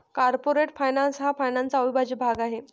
corporate finance हा फायनान्सचा अविभाज्य भाग आहे